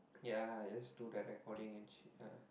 ya just do the recording and shit lah